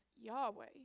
Yahweh